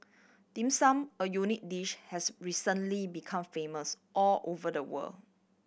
Dim Sum a unique dish has recently become famous all over the world